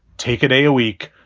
take a day, a week.